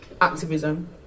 activism